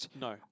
No